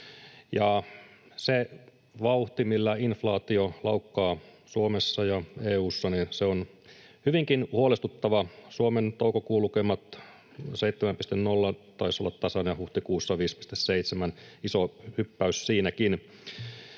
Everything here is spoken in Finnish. se vauhti, millä inflaatio laukkaa Suomessa ja EU:ssa, on hyvinkin huolestuttava. Suomen toukokuun lukemat taisivat olla tasan 7,0 ja huhtikuun 5,7 — iso hyppäys siinäkin.